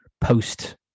post